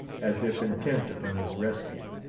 as if intent upon his rescue.